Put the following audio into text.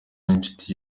inshuti